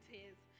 Tears